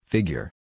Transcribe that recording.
Figure